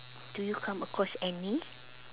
do you come across any